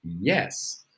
yes